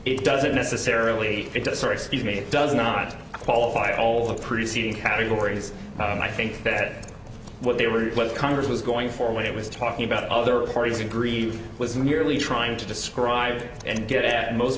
it doesn't necessarily it does or excuse me it does not qualify all the preceding categories i think that what they were what congress was going for when it was talking about other parties and grieve was merely trying to describe and get at most